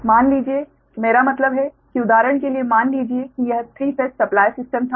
स मान लीजिए कि मेरा मतलब है कि उदाहरण के लिए मान लीजिए कि यह 3 फेस सप्लाय सिस्टम था